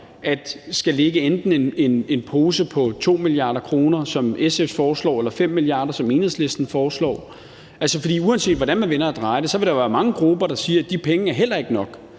at skulle lægge enten en pose på 2 mia. kr., som SF foreslår, eller 5 mia. kr., som Enhedslisten foreslår. For uanset hvordan man vender og drejer det, vil der være mange grupper, der siger, at de penge heller ikke er nok.